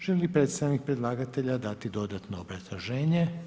Želi li predstavnik predlagatelja dati dodatno obrazloženje?